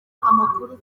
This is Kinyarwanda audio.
amakuru